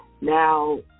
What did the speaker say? Now